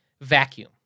vacuum